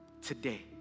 today